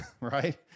right